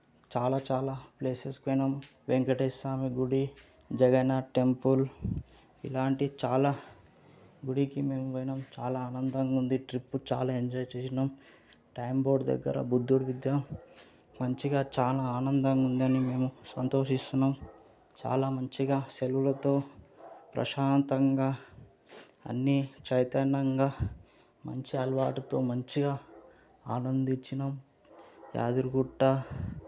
చాలా చాలా ప్లేసెస్ పోయినాం వెంకటేశ్వర స్వామి గుడి జగన్నాథ టెంపుల్ ఇలాంటి చాలా గుడికి మేము పోయినాం చాలా ఆనందంగా ఉంది ట్రిప్పు చాలా ఎంజాయ్ చేసినాం ట్యాంక్ బండ్ దగ్గర బుద్ధుడు విగ్రహం మంచిగా చాలా ఆనందంగా ఉందని మేము సంతోషిస్తున్నాం చాలా మంచిగా సెలవులతో ప్రశాంతంగా అన్నీ చైతన్యంగా మంచి అలవాటుతో మంచిగా ఆనందించినాం యాదగిరిగుట్ట